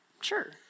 Sure